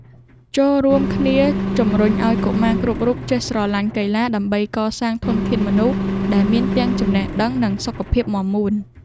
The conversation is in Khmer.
ចូររួមគ្នាជំរុញឱ្យកុមារគ្រប់រូបចេះស្រឡាញ់កីឡាដើម្បីកសាងធនធានមនុស្សដែលមានទាំងចំណេះដឹងនិងសុខភាពមាំមួន។